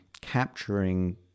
capturing